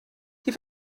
die